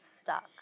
stuck